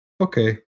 Okay